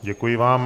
Děkuji vám.